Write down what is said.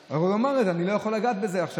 אמר: אני לא יכול לגעת בזה עכשיו.